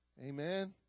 Amen